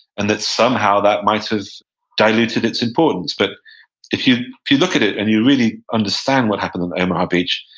and that somehow that might have diluted its importance. but if you you look at it and you really understand what happened on omaha beach,